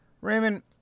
Raymond